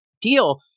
deal